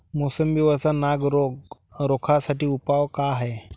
मोसंबी वरचा नाग रोग रोखा साठी उपाव का हाये?